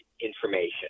information